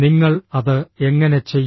നിങ്ങൾ അത് എങ്ങനെ ചെയ്യും